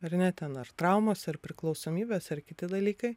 ar ne ten ar traumos ar priklausomybės ar kiti dalykai